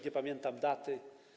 Nie pamiętam daty.